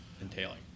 entailing